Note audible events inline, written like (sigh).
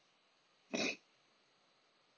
(breath)